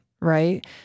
right